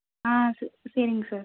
ஆ சே சரிங்க சார்